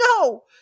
no